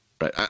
right